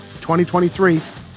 2023